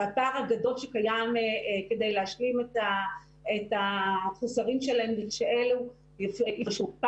והפער הגדול שקיים כדי להשלים את החוסרים כשאלה יצאו,